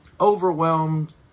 overwhelmed